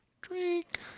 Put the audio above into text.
Drink